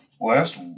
Last